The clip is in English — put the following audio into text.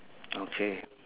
okay